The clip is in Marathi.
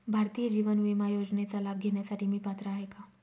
भारतीय जीवन विमा योजनेचा लाभ घेण्यासाठी मी पात्र आहे का?